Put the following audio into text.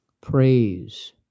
praise